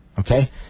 Okay